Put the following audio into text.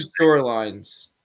storylines